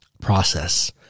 process